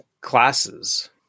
classes